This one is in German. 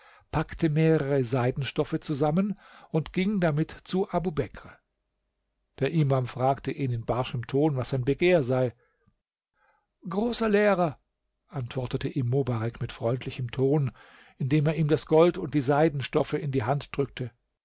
packte mehrere seidenstoffe zusammen und ging damit zu abubekr der imam fragte ihn in barschem ton was sein begehr sei großer lehrer antwortete ihm mobarek mit freundlichem ton indem er ihm das gold und die seidenstoffe in die hand drückte